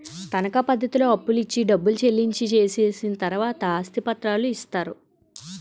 తనకా పద్ధతిలో అప్పులు ఇచ్చి డబ్బు చెల్లించి చేసిన తర్వాతే ఆస్తి పత్రాలు ఇస్తారు